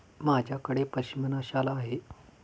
माझ्याकडे पश्मीना शाल आहे